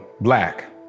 black